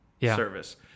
service